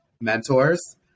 mentors